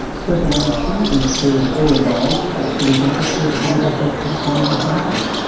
professor wenyuan shi is chair of oral biology at the school of dentistry at the university of california los angeles.